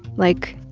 like,